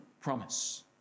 promise